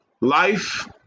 Life